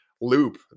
loop